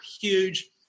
huge